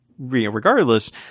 regardless